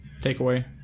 Takeaway